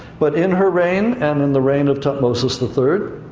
but in her reign, and in the reign of thutmosis the third,